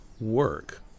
work